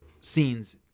scenes